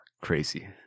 Crazy